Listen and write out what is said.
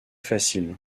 facile